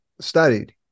studied